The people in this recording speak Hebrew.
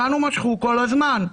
אותנו משכו כל הזמן.